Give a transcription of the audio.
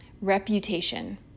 reputation